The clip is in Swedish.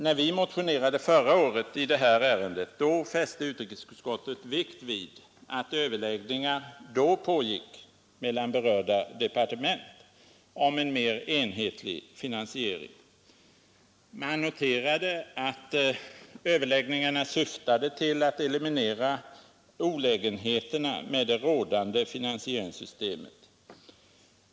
När vi förra året motionerade i detta ärende fäste utrikesutskottet vikt vid att överläggningar då pågick mellan berörda departement om en mer enhetlig finansiering. Man noterade att överläggningarna syftade till att eliminera olägenheterna med det rådande finansieringssystemet.